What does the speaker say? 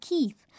Keith